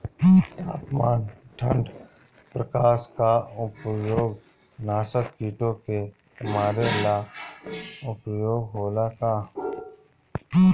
तापमान ठण्ड प्रकास का उपयोग नाशक कीटो के मारे ला उपयोग होला का?